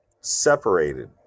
separated